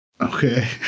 Okay